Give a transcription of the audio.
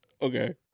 Okay